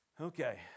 Okay